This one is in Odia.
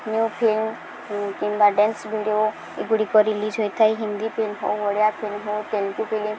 ନ୍ୟୁ ଫିଲ୍ମ କିମ୍ବା ଡ୍ୟାନ୍ସ ଭିଡିଓ ଏଗୁଡ଼ିକ ରିଲିଜ୍ ହୋଇଥାଏ ହିନ୍ଦୀ ଫିଲ୍ମ ହେଉ ଓଡ଼ିଆ ଫିଲ୍ମ ହେଉ ତେଲୁଗୁ ଫିଲ୍ମ